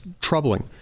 troubling